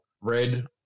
red